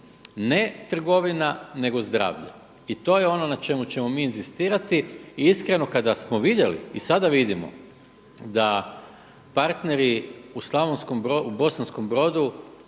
ne trgovina, nego zdravlje i to je ono na čemu ćemo mi inzistirati. I iskreno kada smo vidjeli i sada vidimo da partneri u Bosanskom Brodu